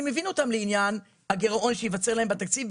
אני מבין אותם לעניין הגירעון שייווצר להם בתקציב,